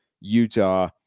utah